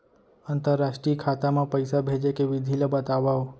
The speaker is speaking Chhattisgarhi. अंतरराष्ट्रीय खाता मा पइसा भेजे के विधि ला बतावव?